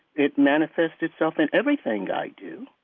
it manifests itself in everything i do.